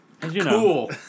Cool